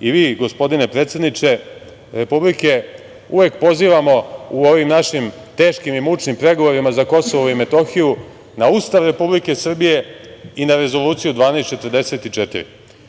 i vi gospodine predsedniče Republike, uvek pozivamo u ovim našim teškim i mučnim pregovorima za KiM na Ustav Republike Srbije i na Rezoluciju 1244.